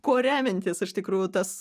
kuo remiantis iš tikrųjų tas